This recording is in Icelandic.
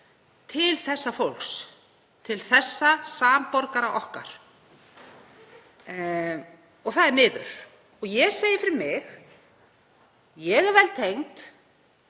til þessa fólks, til þessara samborgara okkar. Það er miður. Ég segi fyrir mig: Ég er vel tengd,